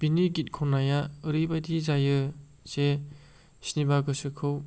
बिनि गित खनाया ओरैबायदि जायो जे सिनिबा गोसोखौ